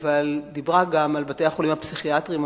אבל דיברה גם על בתי-החולים הפסיכיאטריים,